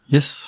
Yes